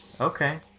Okay